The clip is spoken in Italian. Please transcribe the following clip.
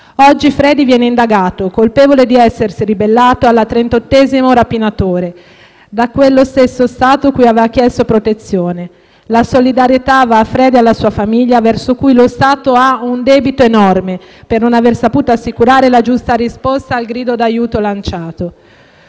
Oggi Fredy viene indagato, colpevole di essersi ribellato al trentottesimo rapinatore, da quello stesso Stato cui aveva chiesto protezione. La solidarietà va a Fredy e alla sua famiglia, verso cui lo Stato ha un debito enorme per non aver saputo assicurare la giusta risposta al grido d'aiuto lanciato.